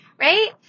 right